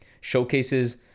showcases